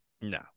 No